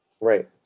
Right